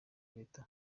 leta